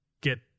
get